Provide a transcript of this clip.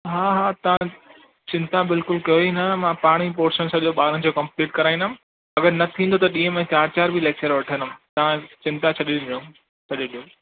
हा हा तव्हां चिंता बिल्कुलु कयो ई ना मां पाण ई पोरशन सॼो ॿारनि जो कंप्लीट कराईंदुमि अॻरि न थींदो त ॾींहं में चारि चारि बि लैक्चर वठंदुमि तव्हां चिंता छॾे ॾिनो छॾे ॾियो